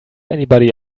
anybody